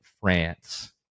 France